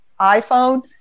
iPhone